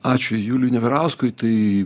ačiū juliui neverauskui tai